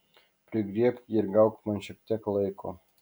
prigriebk jį ir gauk man šiek tiek laiko